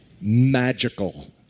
magical